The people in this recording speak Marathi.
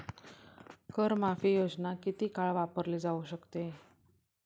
कर माफी योजना किती काळ वापरली जाऊ शकते?